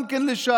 גם כן לש"ס,